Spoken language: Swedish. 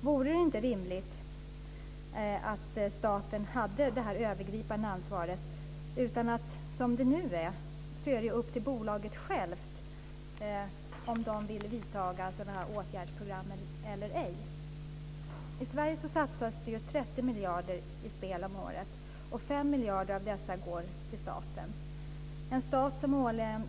Vore det inte rimligt att staten hade det övergripande ansvaret? Det är nu upp till bolaget självt om det vill vidta åtgärdsprogram eller ej. I Sverige satsas det 30 miljarder på spel om året. 5 miljarder av dessa går till staten. Staten satsar årligen